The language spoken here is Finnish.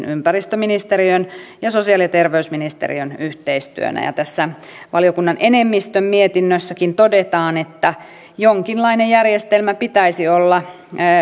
ympäristöministeriön ja sosiaali ja terveysministeriön yhteistyönä ja tässä valiokunnan enemmistön mietinnössäkin todetaan että jonkinlainen järjestelmä pitäisi olla